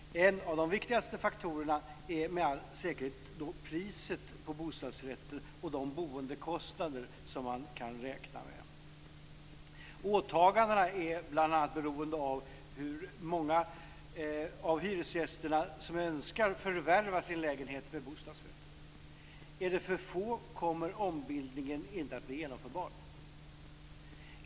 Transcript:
En av de viktigaste faktorerna är med all säkerhet priset på bostadsrätter och de boendekostnader man kan räkna med. Åtagandena är bl.a. beroende av hur många av hyresgästerna som önskar förvärva sin lägenhet med bostadsrätt. Är det för få kommer ombildningen inte att bli genomförbar.